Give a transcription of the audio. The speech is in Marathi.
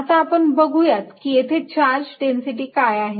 आता आपण बघूयात की येथे चार्ज डेन्सिटी काय आहे